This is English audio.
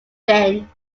fin